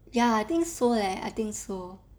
ya I think so leh I think so